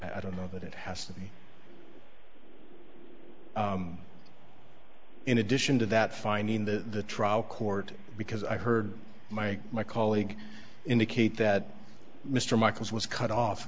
i don't know that it has to be in addition to that finding the trial court because i heard my my colleague indicate that mr michaels was cut off